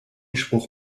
spruch